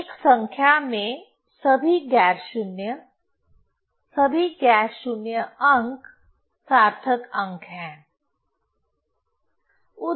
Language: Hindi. एक संख्या में सभी गैर शून्य सभी गैर शून्य अंक सार्थक अंक हैं